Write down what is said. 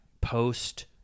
post